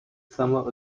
summer